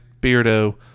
Beardo